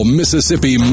mississippi